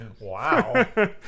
Wow